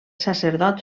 sacerdots